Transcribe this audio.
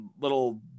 little